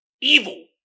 evil